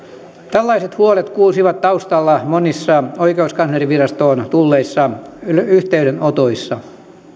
tällaiset huolet kuulsivat taustalla monissa oikeuskanslerinvirastoon tulleissa yhteydenotoissa